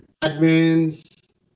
admins